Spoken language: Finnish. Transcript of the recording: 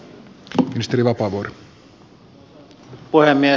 arvoisa puhemies